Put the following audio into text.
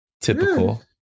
typical